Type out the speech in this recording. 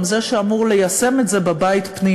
הוא גם זה שאמור ליישם את זה בבית פנימה,